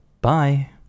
Bye